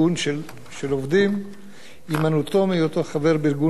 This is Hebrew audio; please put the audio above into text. הימנעותו מהיותו חבר בארגון עובדים או הפסקת חברותו בארגון עובדים,